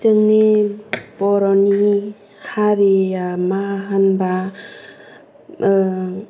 जोंनि बर' हारिया मा होनब्ला